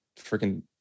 freaking